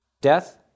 death